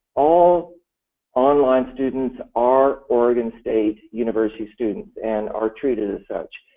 all online students are oregon state university students and are treated as such.